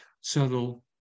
subtle